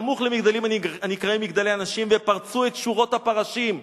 "סמוך למגדלים הנקראים מגדלי אנשים ופרצו את שורות הפרשים,